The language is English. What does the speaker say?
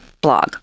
blog